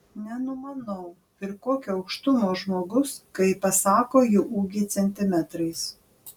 nenumanau ir kokio aukštumo žmogus kai pasako jo ūgį centimetrais